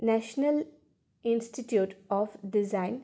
national institute of design